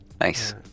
nice